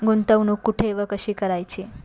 गुंतवणूक कुठे व कशी करायची?